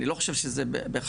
אני לא חושב שזה בהכרח,